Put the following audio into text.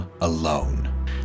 alone